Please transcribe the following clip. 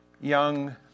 young